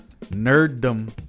nerddom